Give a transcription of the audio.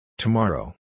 Tomorrow